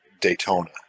Daytona